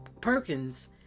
perkins